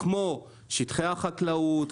כמו שטחי החקלאות,